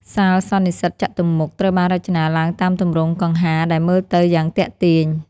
សាលសន្និសីទចតុម្មុខត្រូវបានរចនាឡើងតាមទម្រង់កង្ហារដែលមើលទៅយ៉ាងទាក់ទាញ។